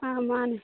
ꯑꯥ ꯃꯥꯅꯤ